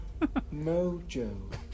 Mojo